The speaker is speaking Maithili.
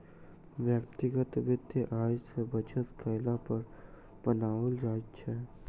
व्यक्तिगत वित्त आय सॅ बचत कयला पर बनाओल जाइत छै